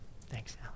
Thanks